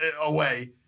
away